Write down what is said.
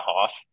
half